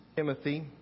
Timothy